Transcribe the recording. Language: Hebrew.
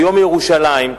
ביום ירושלים,